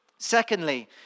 Secondly